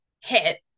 hit